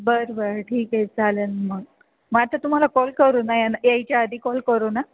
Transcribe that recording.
बरं बरं ठीक आहे चालेल मग मग आता तुम्हाला कॉल करू ना या यायच्या आधी कॉल करू ना